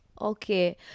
Okay